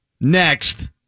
Next